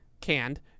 canned